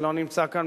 שלא נמצא כאן,